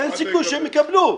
אין סיכוי שהם יקבלו.